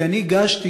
כי אני הגשתי,